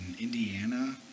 Indiana